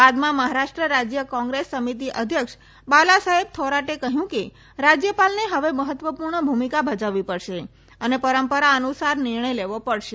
બાદમાં મહારાષ્ટ્ર રાજય કોંગ્રેસ સમિતિ અધ્યક્ષ બાલા સાહેબ થોરાટે કહ્યું કે રાજયપાલને હવે મહત્વપુર્ણ ભૂમિકા ભજવવી પડશે અને પરંપરા અનુસાર નિર્ણય લેવો પડશે